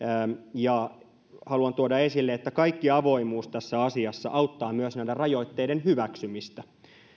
ja haluan tuoda esille että kaikki avoimuus tässä asiassa auttaa myös näiden rajoitteiden hyväksymistä